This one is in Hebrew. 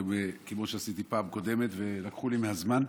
כמו שעשיתי בפעם הקודמת ולקחו לי מהזמן.